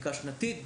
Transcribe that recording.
שנתית,